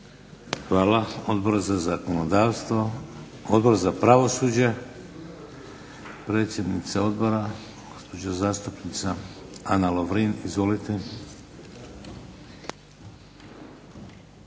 Hvala. Odbor za zakonodavstvo? Odbor za pravosuđe? Predsjednica odbora gospođa zastupnica Ana Lovrin. Izvolite.